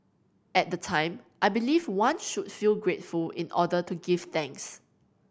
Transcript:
at the time I believed one should feel grateful in order to give thanks